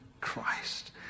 Christ